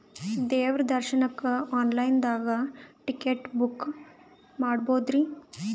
ದೇವ್ರ ದರ್ಶನಕ್ಕ online ದಾಗ ಟಿಕೆಟ ಬುಕ್ಕ ಮಾಡ್ಬೊದ್ರಿ?